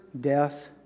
death